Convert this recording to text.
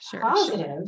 positive